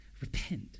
Repent